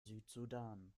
südsudan